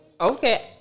Okay